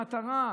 במטרה,